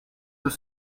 deux